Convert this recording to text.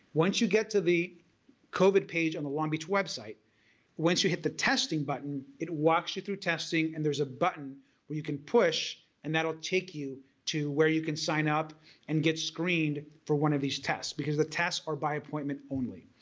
once you get to the covid page on the long beach website once you hit the testing button it walks you through testing and there's a button where you can push and that'll take you to where you can sign up and get screened for one of these tests because the tests are by appointment only.